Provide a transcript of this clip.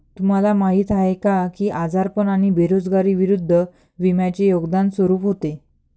तुम्हाला माहीत आहे का की आजारपण आणि बेरोजगारी विरुद्ध विम्याचे योगदान स्वरूप होते?